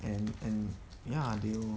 and and ya they will